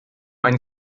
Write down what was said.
ein